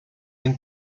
энэ